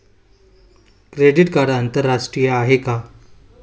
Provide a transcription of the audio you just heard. Credit card आंतरराष्ट्रीय आहे का?